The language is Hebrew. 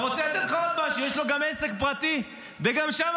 אני רוצה לתת לך עוד משהו, יש לו גם עסק פרטי, וגם